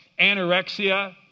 anorexia